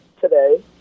today